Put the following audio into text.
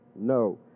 No